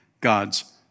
God's